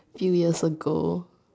few years ago